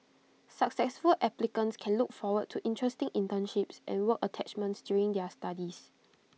successful applicants can look forward to interesting internships and work attachments during their studies